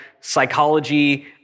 psychology